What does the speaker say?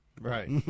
Right